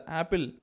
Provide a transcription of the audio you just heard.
Apple